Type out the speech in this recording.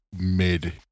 mid